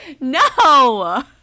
no